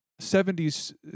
70s